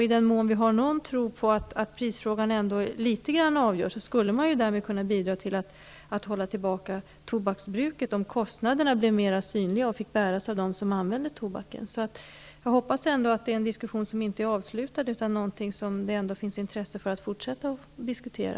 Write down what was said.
I den mån vi har någon tro på att prisfrågan avgör litet grand, skulle man därmed kunna bidra till att hålla tillbaka tobaksbruket, om kostnaderna blir mera synliga och får bäras av dem som använder tobaken. Jag hoppas alltså att diskussionen inte är avslutad, utan att detta är någonting som det finns intresse att fortsätta att diskutera.